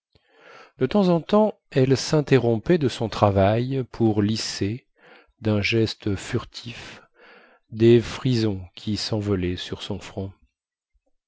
de temps en temps elle sinterrompait de son travail pour lisser dun geste furtif des frisons qui senvolaient sur son front